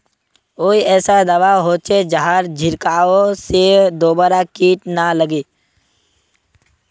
कोई ऐसा दवा होचे जहार छीरकाओ से दोबारा किट ना लगे?